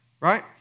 right